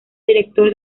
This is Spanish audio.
director